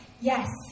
yes